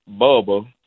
Bubba